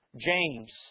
James